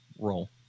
Roll